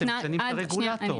אתם משנים את הרגולטור.